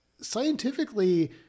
scientifically